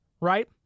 right